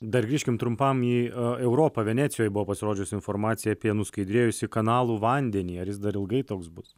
dar grįžkim trumpam į europą venecijoj buvo pasirodžiusi informacija apie nuskaidrėjusį kanalų vandenį ar jis dar ilgai toks bus